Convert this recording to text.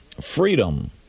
freedom